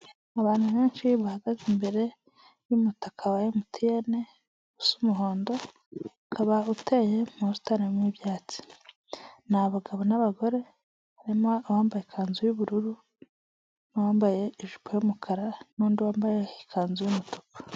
Abantu benshi bahagaze imbere y'umutaka wa emutiyeni usa umuhondo, ukaba uteye mu busitani burimo ibyatsi, ni abagabo n'abagorema harimo uwambaye ikanzu y'ubururu n'uwambaye ijipo y'umukara n'undi wambaye ikanzu y'umutuku.